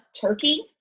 Turkey